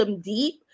deep